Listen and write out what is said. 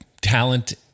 Talent